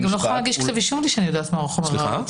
אני לא יכולה להגיש כתב אישום בלי שיודעת מה חומר הראיות.